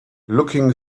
looking